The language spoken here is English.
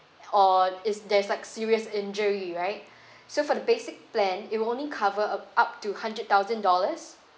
or is there's like serious injury right so for the basic plan it will only cover up to hundred thousand dollars